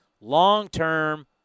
long-term